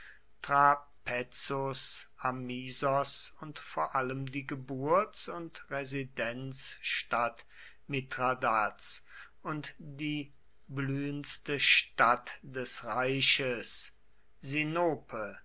amisos und vor allem die geburts und residenzstadt mithradats und die blühendste stadt des reiches